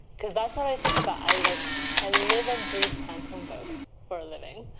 because that's all i think about. i like i live and breathe pantone books for a living.